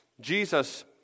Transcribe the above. Jesus